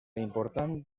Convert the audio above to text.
important